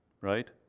right